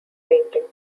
painting